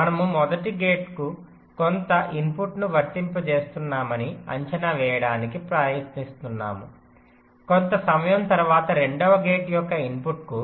మనము మొదటి గేటుకు కొంత ఇన్పుట్ను వర్తింపజేస్తున్నామని అంచనా వేయడానికి ప్రయత్నిస్తున్నాము కొంత సమయం తరువాత రెండవ గేట్ యొక్క ఇన్పుట్కు